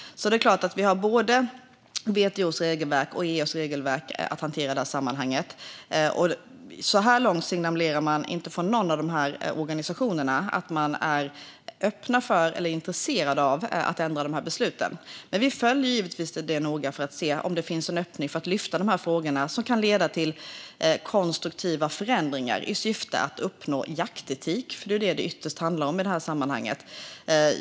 Vi har alltså både WTO:s och EU:s regelverk att hantera i detta sammanhang. Så här långt signalerar man inte från någon av dessa organisationer att man är öppen för eller intresserad av att ändra de här besluten. Men vi följer givetvis detta noga för att se om det finns någon öppning för att lyfta dessa frågor och åstadkomma konstruktiva förändringar i syfte att uppnå jaktetik, för det är detta det ytterst handlar om i det här sammanhanget.